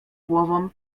głową